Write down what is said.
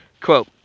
Quote